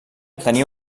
tenia